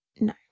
no